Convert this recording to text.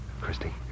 Christy